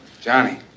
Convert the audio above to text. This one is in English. Johnny